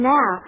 Now